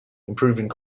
improving